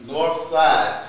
Northside